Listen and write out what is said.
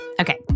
Okay